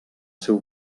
seu